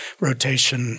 rotation